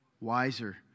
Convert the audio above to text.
Wiser